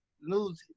news